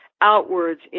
outwards